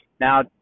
now